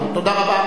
תודה רבה.